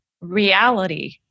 reality